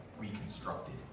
Reconstructed